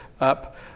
up